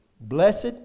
Blessed